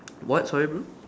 what sorry bro